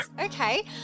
Okay